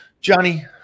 Johnny